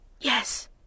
Yes